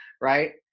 right